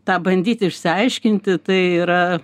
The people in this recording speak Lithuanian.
tą bandyti išsiaiškinti tai yra